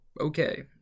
okay